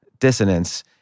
dissonance